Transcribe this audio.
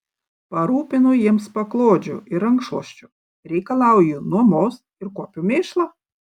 parūpinu jiems paklodžių ir rankšluosčių reikalauju nuomos ir kuopiu mėšlą